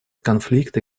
конфликта